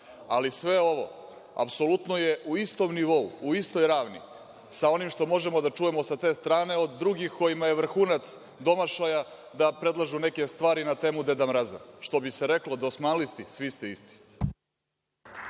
sve ovo apsolutno je u istom nivou,u istoj ravni sa onim što možemo da čujemo sa te strane od drugih kojima je vrhunac domašaja da predlažu neke stvari na temu deda mraza. Što bi se reklo, dosmanlijsti, svi ste isti.